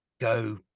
go